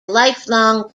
lifelong